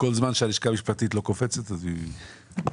כל זמן שהלשכה המשפטית לא קופצת, אני